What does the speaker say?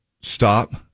stop